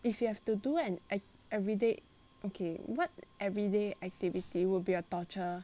if you have to do an an everyday okay what everyday activity would be a torture